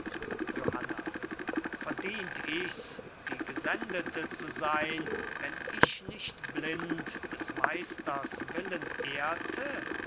johanna verdient ichs die gesendete zu sein wenn ich nicht blind des meisters willen ehrte